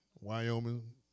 Wyoming